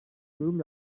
yorum